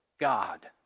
God